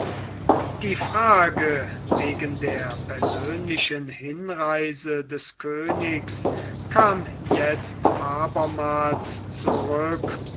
die frage wegen der persönlichen hinreise des königs kam jetzt abermals zurück